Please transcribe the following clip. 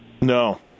No